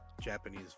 Japanese